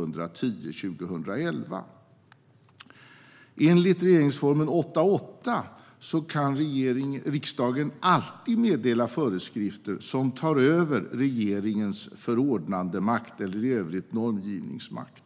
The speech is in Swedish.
Enligt 8 kap. 8 § regeringsformen kan riksdagen alltid meddela föreskrifter som tar över regeringens förordnandemakt eller i övrigt normgivningsmakt.